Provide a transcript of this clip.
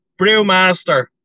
Brewmaster